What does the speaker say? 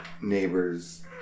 neighbor's